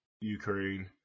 Ukraine